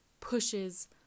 pushes